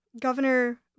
Governor